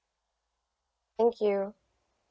thank you